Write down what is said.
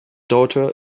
daughter